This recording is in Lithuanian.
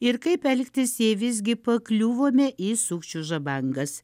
ir kaip elgtis jei visgi pakliuvome į sukčių žabangas